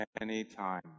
Anytime